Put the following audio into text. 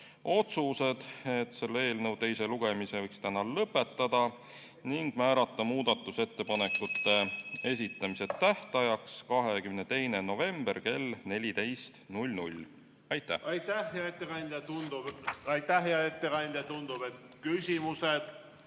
otsused: selle eelnõu teise lugemise võiks täna lõpetada ning määrata muudatusettepanekute esitamise tähtajaks 22. november kell 14. Aitäh! Aitäh, hea ettekandja! Tundub, et küsimusi